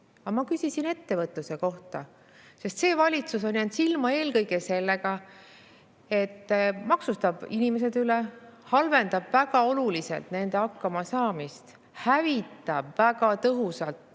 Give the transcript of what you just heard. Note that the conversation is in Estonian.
Aga ma küsisin ettevõtluse kohta, sest see valitsus on jäänud silma eelkõige sellega, et maksustab inimesed üle, halvendab väga oluliselt nende hakkamasaamist, hävitab väga tõhusalt